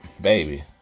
baby